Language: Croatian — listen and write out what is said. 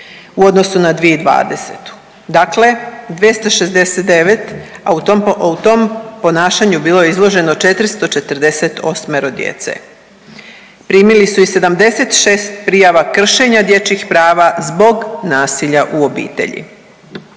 u odnosu na 2020., dakle 269, a u tom ponašanju bilo je izloženo 448 djece. Primili su i 76 prijava kršenja dječjih prava zbog nasilja u obitelji.